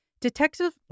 Detective